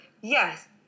yes